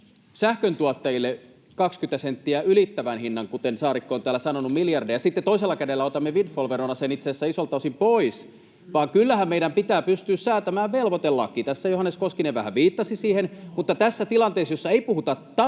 sähköntuottajille 20 senttiä ylittävän hinnan, kuten Saarikko on täällä sanonut, miljardeja, ja sitten toisella kädellä otamme windfall-verona sen itse asiassa isoilta osin pois, vaan kyllähän meidän pitää pystyä säätämään velvoitelaki. Tässä Johannes Koskinen vähän viittasi siihen, mutta tässä tilanteessa, jossa ei puhuta tappiollisesta